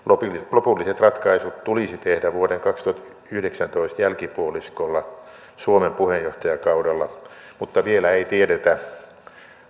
lopulliset ratkaisut tulisi tehdä vuoden kaksituhattayhdeksäntoista jälkipuoliskolla suomen puheenjohtajakaudella mutta vielä ei tiedetä